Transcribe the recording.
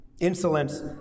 insolence